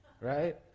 right